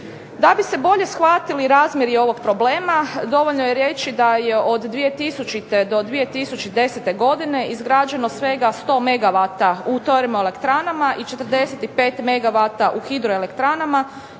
Da bi se bolje shvatili razmjeri ovog problema dovoljno je reći da je od 2000. do 2010. godine izgrađeno svega 100 megavata u termoelektranama, i 45 megavata u hidroelektranama,